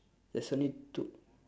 there's only two